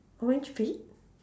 orange feet